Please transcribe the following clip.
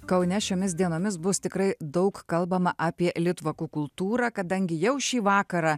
kaune šiomis dienomis bus tikrai daug kalbama apie litvakų kultūrą kadangi jau šį vakarą